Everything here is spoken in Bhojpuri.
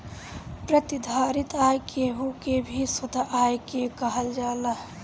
प्रतिधारित आय केहू के भी शुद्ध आय के कहल जाला